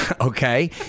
Okay